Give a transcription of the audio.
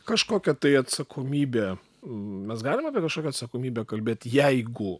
kažkokia tai atsakomybė mes galim apie kažkokią atsakomybę kalbėt jeigu